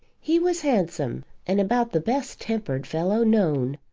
he was handsome, and about the best-tempered fellow known.